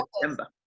September